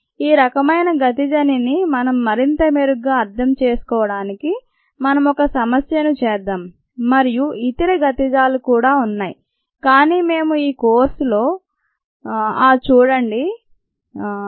ఈ రకమైన గతిజనిని మరింత మెరుగ్గా అర్థం చేసుకోవడానికి మనం ఒక సమస్యను చేద్దాం మరియు ఇతర గతిజలు కూడా ఉన్నాయి కానీ మేము ఈ కోర్సులో ఆ చూడండి లేదు